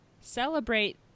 celebrate